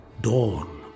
Dawn